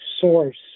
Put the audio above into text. source